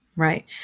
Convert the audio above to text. Right